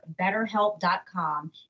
BetterHelp.com